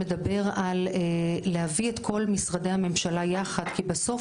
מדבר על להביא את כל משרדי הממשלה יחד כי בסוף